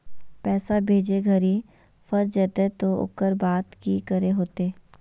पैसा भेजे घरी फस जयते तो ओकर बाद की करे होते?